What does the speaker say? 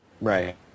Right